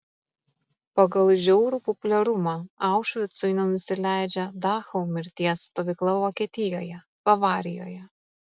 pagal žiaurų populiarumą aušvicui nenusileidžia dachau mirties stovykla vokietijoje bavarijoje